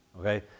okay